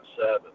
seven